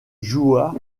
joua